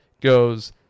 goes